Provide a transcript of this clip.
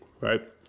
Right